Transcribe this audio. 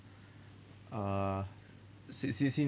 uh sin~ sin~ since